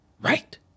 right